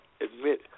admit